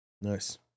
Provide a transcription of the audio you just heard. nice